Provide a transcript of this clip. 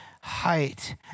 height